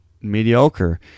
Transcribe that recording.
mediocre